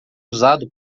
usado